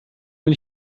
nun